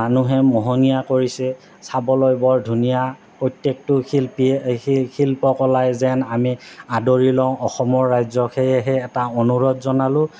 মানুহে মোহনীয়া কৰিছে চাবলৈ বৰ ধুনীয়া প্ৰত্যেকটো শিল্পীয়ে শিল্প কলাই যেন আমি আদৰি লওঁ অসমৰ ৰাইজক সেয়েহে এটা অনুৰোধ জনালোঁ